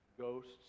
Ghosts